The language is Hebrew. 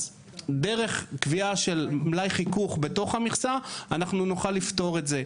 אז דרך קביעה של מלאי חיכוך בתוך המכסה אנחנו נוכל לפתור את זה.